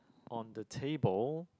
on the table